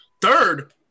Third